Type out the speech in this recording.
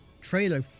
trailer